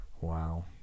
Wow